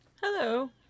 Hello